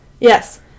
Yes